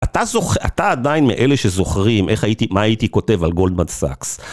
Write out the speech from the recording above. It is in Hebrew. אתה זוכר, אתה עדיין מאלה שזוכרים איך הייתי, מה הייתי כותב על גולדמן סאקס.